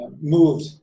moved